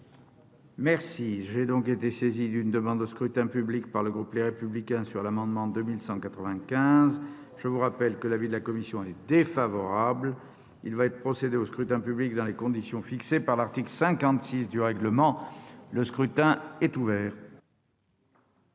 2195. J'ai été saisi d'une demande de scrutin public émanant du groupe Les Républicains. Je rappelle que l'avis de la commission est défavorable. Il va être procédé au scrutin dans les conditions fixées par l'article 56 du règlement. Le scrutin est ouvert.